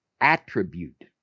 attribute